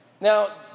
Now